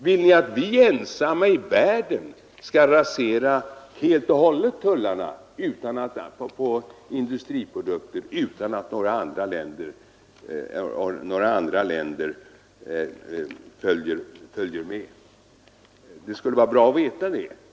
Vill ni att vi ensamma i världen helt och hållet skall rasera tullarna på industriprodukter utan att några andra länder följer vårt exempel? Det vore bra att få veta det.